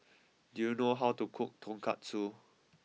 do you know how to cook Tonkatsu